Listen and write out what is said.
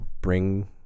bring